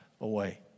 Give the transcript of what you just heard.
away